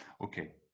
Okay